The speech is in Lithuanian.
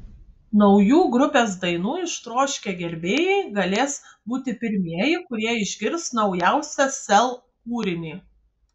naujų grupės dainų ištroškę gerbėjai galės būti pirmieji kurie išgirs naujausią sel kūrinį